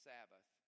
Sabbath